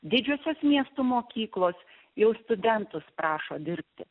didžiosios miestų mokyklos jau studentus prašo dirbti